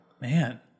Man